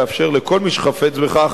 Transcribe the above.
לאפשר לכל מי שחפץ בכך